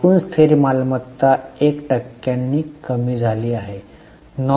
एकूण स्थिर मालमत्ता 1 टक्क्यांनी कमी झाली आहे